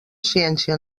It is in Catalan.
ciència